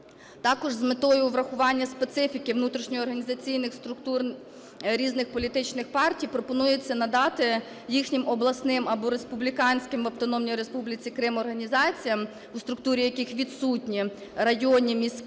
Також з метою врахування специфіки внутрішньо-організаційних структур різних політичних партій, пропонується надати їхнім обласним або республіканським, в Автономній Республіці Крим організаціям, у структурі яких відсутні районні, міські,